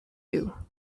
you